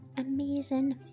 amazing